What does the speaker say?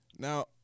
Now